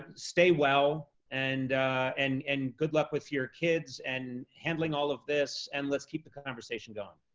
stay well and and and good luck with your kids and handling all of this and let's keep the conversation going.